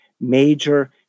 major